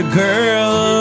girl